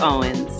Owens